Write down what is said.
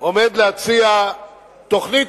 תוכנית